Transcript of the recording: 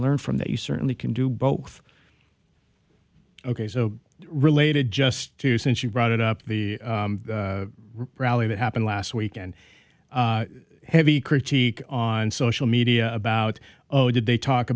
learn from that you certainly can do both ok so related just to you since you brought it up the rally that happened last week and heavy critique on social media about oh did they talk